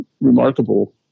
remarkable